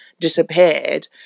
disappeared